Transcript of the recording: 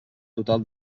total